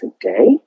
today